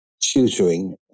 tutoring